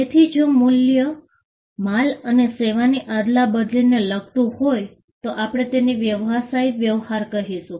તેથી જો મૂલ્ય માલ અને સેવાની અદલાબદલીને લગતું હોય તો આપણે તેને વ્યવસાય વ્યવહાર કહીશું